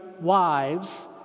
wives